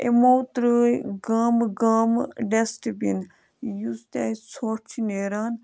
یِمو ترٛٲے گامہٕ گامہٕ ڈیسٹہٕ بِن یُس تہِ اَسہِ ژھۄٹھ چھُ نیران